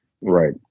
Right